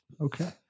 Okay